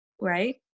right